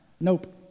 Nope